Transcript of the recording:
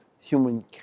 human